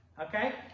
Okay